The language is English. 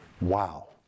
Wow